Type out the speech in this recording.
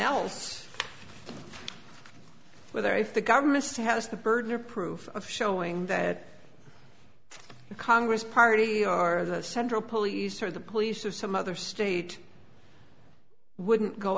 else whether it's the government has the burden of proof of showing that the congress party or the central police or the police or some other state wouldn't go